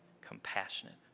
compassionate